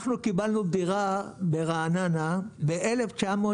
אנחנו קיבלנו דירה ברעננה ב-1964,